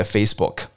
Facebook 。